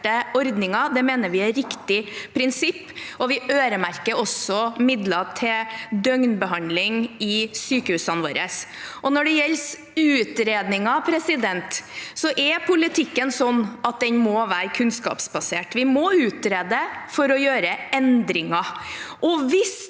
ordninger. Det mener vi er riktig prinsipp, og vi øremerker også midler til døgnbehandling i sykehusene våre. Når det gjelder utredninger, er politikken sånn at den må være kunnskapsbasert. Vi må utrede for å gjøre endringer. Hvis